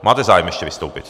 Máte zájem ještě vystoupit?